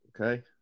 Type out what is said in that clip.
Okay